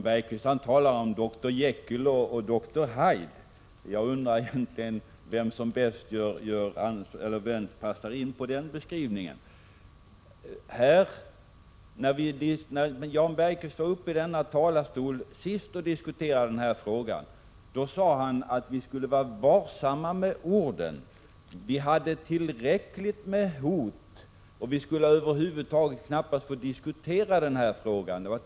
Herr talman! Jan Bergqvist talar om Dr Jekyll och Mr Hyde. Jag undrar vem den beskrivningen bäst passar in på. När Jan Bergqvist senast stod här i talarstolen och argumenterade i den här frågan sade han att vi skulle vara varsamma med orden. Det fanns tillräckligt med hot. Över huvud taget fick vi knappast diskutera denna fråga.